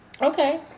Okay